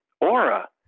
aura